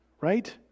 right